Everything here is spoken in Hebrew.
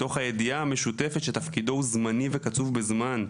מתוך הידיעה המשותפת שתפקידו הוא זמני וקצוב בזמן.